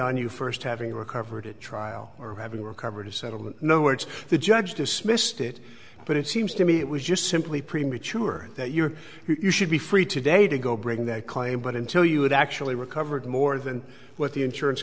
on you first having recovered it trial or having recovered a settlement no words the judge dismissed it but it seems to me it was just simply premature that you or you should be free today to go bring that claim but until you actually recovered more than what the insurance